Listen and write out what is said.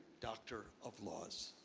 doctor of laws.